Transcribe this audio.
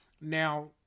Now